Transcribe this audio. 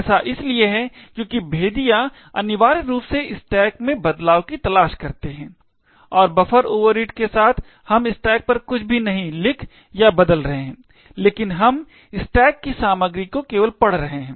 ऐसा इसलिए है क्योंकि भेदिये अनिवार्य रूप से स्टैक में बदलाव की तलाश करते हैं और बफर ओवररीड के साथ हम स्टैक पर कुछ भी नहीं लिख या बदल रहे हैं लेकिन हम स्टैक की सामग्री को केवल पढ़ रहे हैं